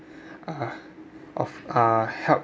uh of uh help